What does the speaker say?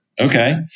Okay